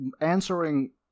answering